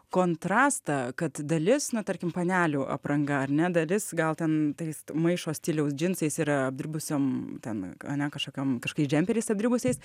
kontrastą kad dalis nu tarkim panelių apranga ar ne dalis gal ten tais maišo stiliaus džinsais ir apdribusiom ten ane kažkokiom kažkokiais džemperiais apdribusiais